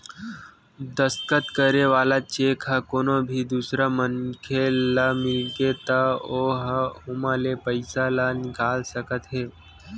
दस्कत करे वाला चेक ह कोनो भी दूसर मनखे ल मिलगे त ओ ह ओमा ले पइसा ल निकाल सकत हे